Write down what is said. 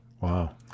Wow